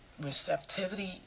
receptivity